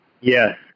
Yes